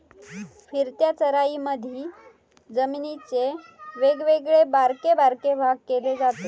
फिरत्या चराईमधी जमिनीचे वेगवेगळे बारके बारके भाग केले जातत